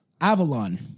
Avalon